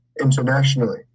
internationally